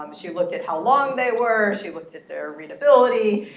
um she looked at how long they were. she looked at their readability.